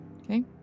Okay